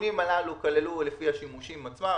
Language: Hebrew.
התיקונים הללו כללו לפי השימושים עצמם,